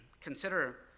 consider